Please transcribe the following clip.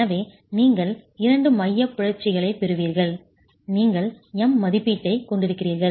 எனவே நீங்கள் இரண்டு மையப் பிறழ்ச்சிகளை ப் பெறுவீர்கள் நீங்கள் M மதிப்பீட்டைக் கொண்டிருக்கிறீர்கள்